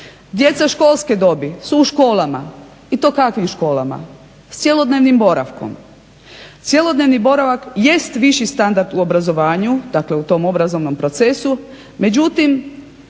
Djeca školske dobi su u školama i to kakvim školama? S cjelodnevnim boravkom. Cjelodnevni boravak jest viši standard u obrazovanju, dakle u tom obrazovnom procesu međutim